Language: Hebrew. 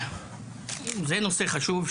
זה נושא חשוב,